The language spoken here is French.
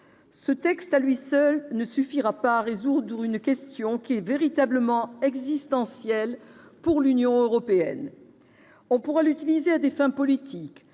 texte, à lui seul, ne permettra pas de résoudre une question qui est véritablement existentielle pour l'Union européenne. On pourra l'utiliser à des fins politiques,